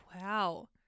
Wow